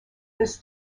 this